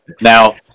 Now